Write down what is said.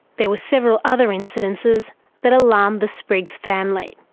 there were several other incidences that alarmed the spriggs family.